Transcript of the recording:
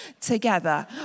together